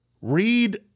Read